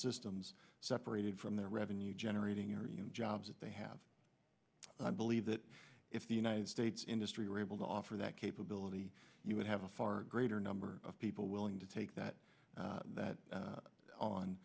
systems separated from their revenue generating or you know jobs that they have i believe that if the united states industry were able to offer that capability you would have a far greater number of people willing to take that that